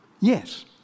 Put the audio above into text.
Yes